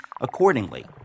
accordingly